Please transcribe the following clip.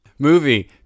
Movie